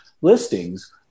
listings